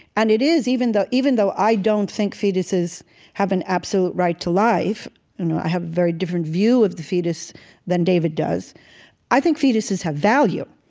and it is, even though even though i don't think fetuses have an absolute right to life you know i have a very different view of the fetus than david does i think fetuses have value.